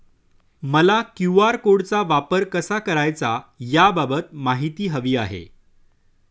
मला क्यू.आर कोडचा वापर कसा करायचा याबाबत माहिती हवी आहे